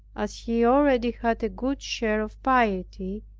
as he already had a good share of piety,